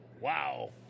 wow